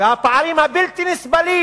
והפערים הבלתי נסבלים